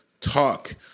talk